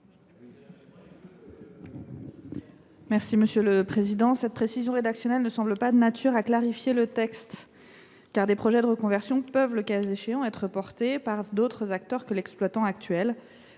du Gouvernement ? Cette précision rédactionnelle ne semble pas de nature à clarifier le texte. En effet, des projets de reconversion peuvent, le cas échéant, être portés par d’autres acteurs que l’exploitant.